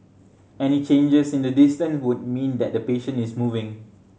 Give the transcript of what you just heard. any changes in the distance would mean that the patient is moving